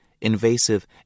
invasive